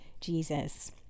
Jesus